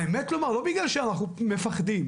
האמת, לא בגלל שאנחנו מפחדים.